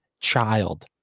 child